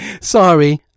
Sorry